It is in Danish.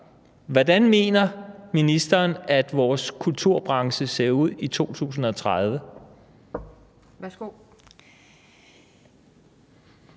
Hvordan mener ministeren at vores kulturbranche ser ud i 2030?